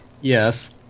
Yes